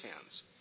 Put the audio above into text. hands